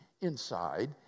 inside